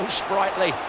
sprightly